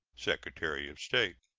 secretary of state.